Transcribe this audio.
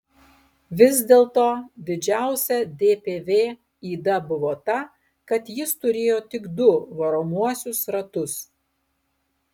vis dėl to didžiausia dpv yda buvo ta kad jis turėjo tik du varomuosius ratus